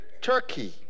Turkey